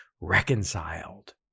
reconciled